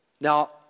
Now